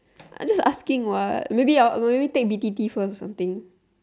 I just asking what maybe I'll maybe take b_t_t first or something